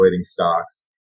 stocks